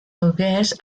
nogués